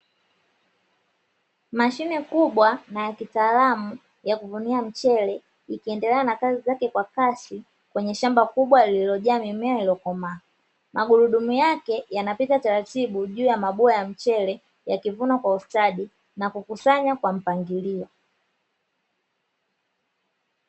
Mashine kubwa na ya kitaalamu ya kuvunia mchele ikiendelea na kazi zake kwa kasi kwenye shamba kubwa lililojaa mimea iliyokomaa. Magurudumu yake yanapita taratibu juu ya mabua ya mchele, yakivuna kwa ustadi na kukusanya kwa mpangilio.